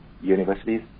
universities